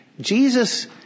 Jesus